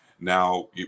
now